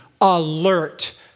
alert